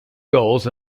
goals